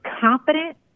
confident